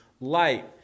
light